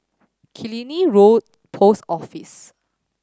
Killiney Road Post Office